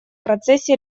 процессе